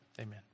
Amen